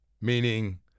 Meaning